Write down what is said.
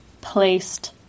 placed